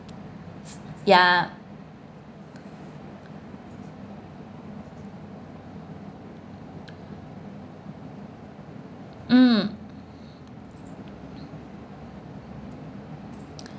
ya mm